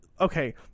okay